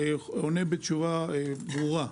אני עונה בתשובה ברורה.